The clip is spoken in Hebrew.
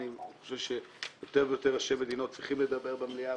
אני חושב שיותר ויותר ראשי מדינות צריכים לדבר במליאה,